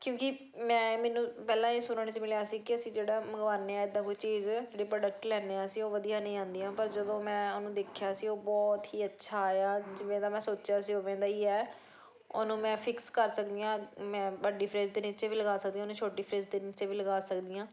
ਕਿਉਂਕਿ ਮੈਂ ਮੈਨੂੰ ਪਹਿਲਾਂ ਇਹ ਸੁਣਨ 'ਚ ਮਿਲਿਆ ਸੀ ਕਿ ਅਸੀਂ ਜਿਹੜਾ ਮੰਗਵਾਉਂਦੇ ਹਾਂ ਇੱਦਾਂ ਕੋਈ ਚੀਜ਼ ਵੀ ਪਰੋਡਕਟ ਲੈਂਦੇ ਹਾਂ ਅਸੀਂ ਉਹ ਵਧੀਆ ਨਹੀਂ ਆਉਂਦੀਆਂ ਪਰ ਜਦੋਂ ਮੈਂ ਉਹਨੂੰ ਦੇਖਿਆ ਸੀ ਉਹ ਬਹੁਤ ਹੀ ਅੱਛਾ ਆਇਆ ਜਿਵੇਂ ਦਾ ਮੈਂ ਸੋਚਿਆ ਸੀ ਉਵੇਂ ਦਾ ਹੀ ਹੈ ਉਹਨੂੰ ਮੈਂ ਫਿਕਸ ਕਰ ਸਕਦੀ ਹਾਂ ਮੈਂ ਵੱਡੀ ਫਰਿਜ ਦੇ ਨੀਚੇ ਵੀ ਲਗਾ ਸਕਦੇ ਉਹਨੇ ਛੋਟੀ ਫਰਿਜ ਦੇ ਨੀਚੇ ਵੀ ਲਗਾ ਸਕਦੀ ਹਾਂ